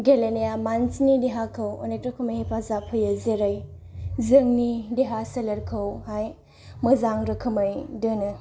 गेलेनाया मानसिनि देहाखौ अनेख रोखोमै हेफाजाब होयो जेरै जोंनि देहा सोलेरखौहाय मोजां रोखोमै दोनो